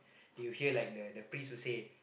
they will hear like the the priest will say